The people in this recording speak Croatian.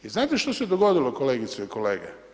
I znate što se dogodilo kolegice i kolege.